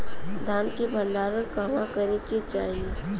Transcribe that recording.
धान के भण्डारण कहवा करे के चाही?